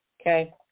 Okay